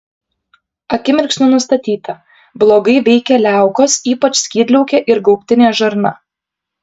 akimirksniu nustatyta blogai veikia liaukos ypač skydliaukė ir gaubtinė žarna